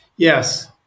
Yes